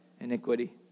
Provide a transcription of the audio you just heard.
iniquity